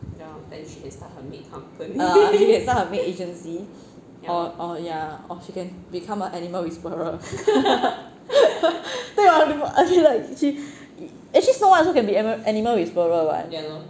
err she can start her maid agency or or ya she can become a animal whisperer